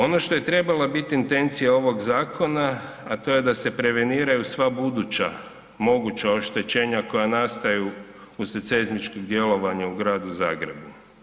Ono što je trebala biti intencija ovog zakona, a to je da se preveniraju sva buduća moguća oštećenja koja nastaju uslijed seizmičkih djelovanja u Gradu Zagrebu.